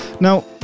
Now